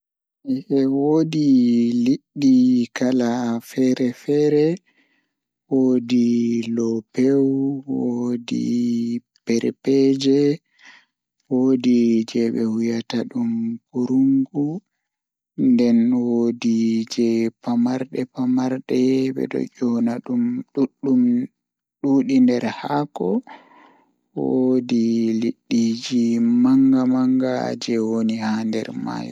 Kuugal jei mi huwata hadow mai kannjum woni kuugal jei mi huwata jotta Miɗo waɗi ko project ngal ko Maasina Fulfulde, miɗo jooɗi e hoore ndee, sabu ko ndiyam saɗi e daɗɗo. Miɗo yeddi ɗum ngam ƴamde sabu o wayi mi aɗa fotndi tiiɗe kadi heɓude faama ngol. Ko waɗi faama sabu e hoore ngal miɗo naftu gollal